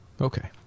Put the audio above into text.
Okay